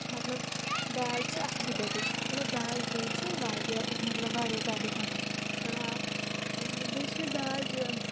مطلب داج چھِ اَکھ بِدعت تھٕے مطلب داج دیُٚن چھُ واریاہ مطلب واریاہ زیادٕ گۄنَہ بیٚیہِ چھِ داج